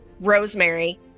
rosemary